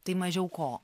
tai mažiau ko